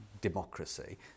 democracy